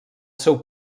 seu